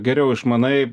geriau išmanai